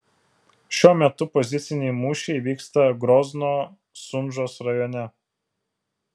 šiuo metu poziciniai mūšiai vyksta grozno sunžos rajone